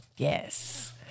Yes